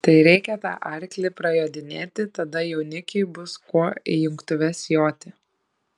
tai reikia tą arklį prajodinėti tada jaunikiui bus kuo į jungtuves joti